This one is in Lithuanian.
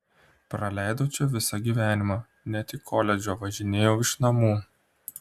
praleidau čia visą gyvenimą net į koledžą važinėjau iš namų